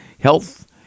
health